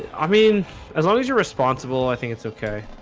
i mean as long as you're responsible, i think it's okay